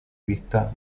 vista